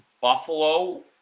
Buffalo –